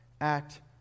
act